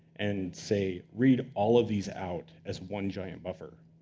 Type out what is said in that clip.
and say, read all of these out as one giant buffer.